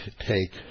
take